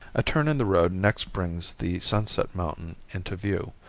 a turn in the road next brings the sunset mountain into view.